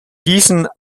diesen